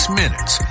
minutes